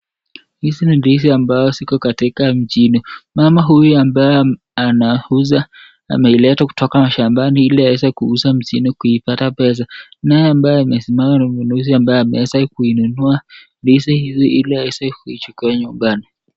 Hizi ni ndizi ambazo ziko mjini. Mama huyu ambaye anauza ameileta kutoka mashambani ili aweze kuuza mjini kupata pesa. Naye ambaye amesimama ni mnunuzi ambaye ameweza kununua ndizi hizi ili aweze kuichukua nyumbani.